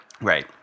Right